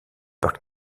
parc